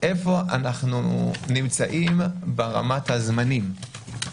איפה אנחנו נמצאים ברמת הזמנים.